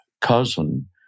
cousin